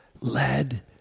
led